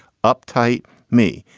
uptight me,